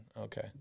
Okay